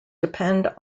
depend